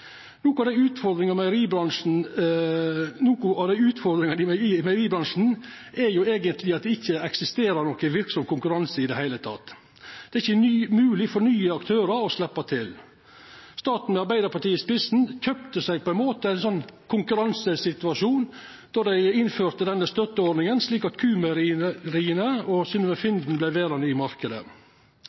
Noko av utfordringane i meieribransjen er eigentleg at det ikkje eksisterer nokon verksam konkurranse i det heile. Det er ikkje mogleg for nye aktørar å sleppa til. Staten med Arbeidarpartiet i spissen kjøpte seg på ein måte ein sånn konkurransesituasjon då dei innførte denne støtteordninga, slik at Q-meieria og Synnøve Finden vart verande i